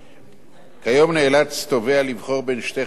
כיום נאלץ תובע לבחור בין שתי חלופות בלבד,